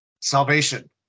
salvation